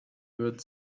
würden